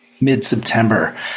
mid-September